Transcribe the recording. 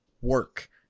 work